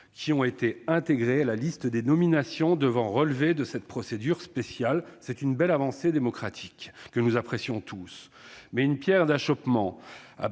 ainsi été intégrés à la liste des nominations devant relever de cette procédure spéciale. C'est une belle avancée démocratique que nous apprécions tous. Une pierre d'achoppement